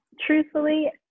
truthfully